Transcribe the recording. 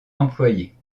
employés